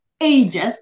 ages